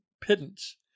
pittance